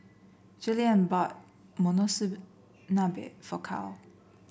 Julien bought Monsunabe for Cal